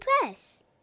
Press